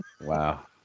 Wow